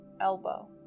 elbow